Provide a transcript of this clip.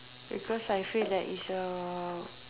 because I feel that is a